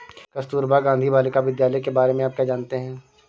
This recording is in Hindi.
कस्तूरबा गांधी बालिका विद्यालय के बारे में आप क्या जानते हैं?